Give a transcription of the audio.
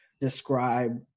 describe